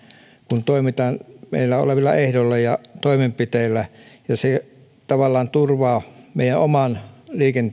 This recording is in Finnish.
kun toimitaan meillä olevilla ehdoilla ja toimenpiteillä se tavallaan turvaa meidän oman